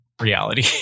reality